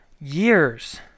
years